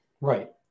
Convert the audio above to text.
Right